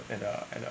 at the at the